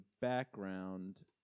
background